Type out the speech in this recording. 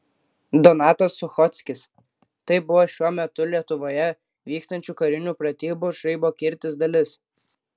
donatas suchockis tai buvo šiuo metu lietuvoje vykstančių karinių pratybų žaibo kirtis dalis